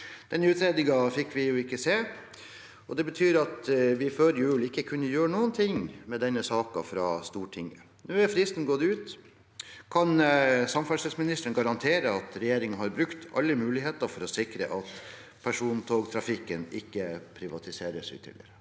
Den utredningen fikk vi ikke se. Det betyr at vi før jul ikke kunne gjøre noe med denne saken fra Stortinget. Nå har fristen gått ut. Kan samferdselsministeren garantere at regjeringen har brukt alle muligheter for å sikre at persontogtrafikken ikke privatiseres ytterligere?